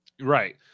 Right